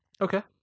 okay